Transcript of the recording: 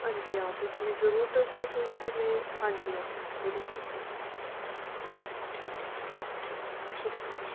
हां जी हां तुस मिगी जरूर दस्सो क्योंकि में हां जी हां में जरूर दस्सेओ तुस मिगी ठीक ऐ जी ठीक ऐ शुक्रिया जी